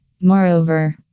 Moreover